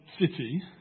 city